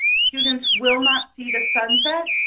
students will not see the sunset.